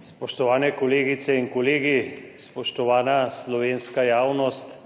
spoštovane kolegice in kolegi. Spoštovana slovenska javnost,